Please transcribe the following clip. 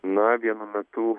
na vienu metu